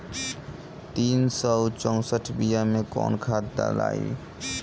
तीन सउ चउसठ बिया मे कौन खाद दलाई?